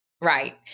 Right